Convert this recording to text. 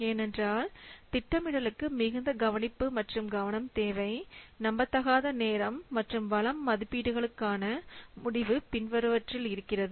ஏனென்றால் திட்டமிடலுக்கு மிகுந்த கவனிப்பு மற்றும் கவனம் தேவை நம்பத்தகாத நேரம் மற்றும் வளம் மதிப்பீடுகளுக்கான முடிவு பின்வருவனவற்றில் இருக்கிறது